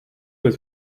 was